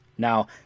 Now